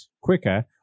quicker